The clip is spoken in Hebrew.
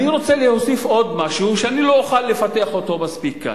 אני רוצה להוסיף עוד משהו שאני לא אוכל לפתח אותו מספיק כאן.